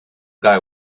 guy